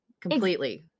completely